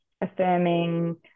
affirming